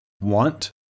want